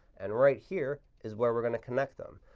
and right here, is where we're going to connect them.